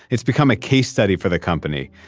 it's become a case study for the company.